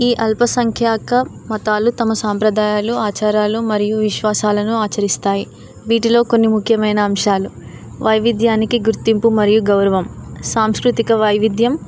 ఈ అల్ప సంఖ్యాక మతాలు తమ సాంప్రదాయాలు ఆచారాలు మరియు విశ్వాసాలను ఆచరిస్తాయి వీటిలో కొన్ని ముఖ్యమైన అంశాలు వైవిద్యానికి గుర్తింపు మరియు గౌరవం సాంస్కృతిక వైవిధ్యం